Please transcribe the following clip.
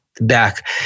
back